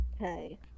Okay